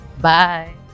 Bye